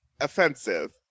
offensive